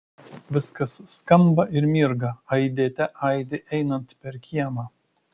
viskas skamba ir mirga aidėte aidi einant per kiemą